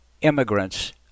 immigrants